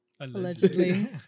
Allegedly